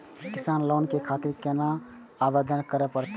किसान लोन के खातिर केना आवेदन करें परतें?